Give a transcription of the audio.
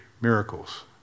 miracles